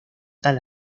tal